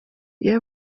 iyo